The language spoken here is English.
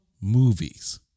movies